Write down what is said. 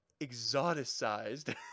exoticized